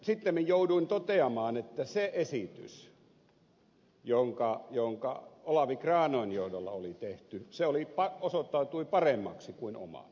sittemmin jouduin toteamaan että se esitys joka olavi granön johdolla oli tehty osoittautui paremmaksi kuin omani